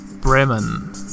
Bremen